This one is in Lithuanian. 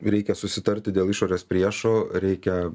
reikia susitarti dėl išorės priešo reikia